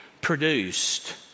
produced